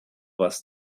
was